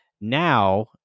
Now